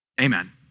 Amen